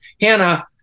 Hannah